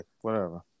whatever